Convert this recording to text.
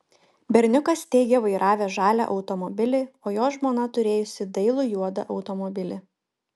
berniukas teigė vairavęs žalią automobilį o jo žmona turėjusi dailų juodą automobilį